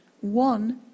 One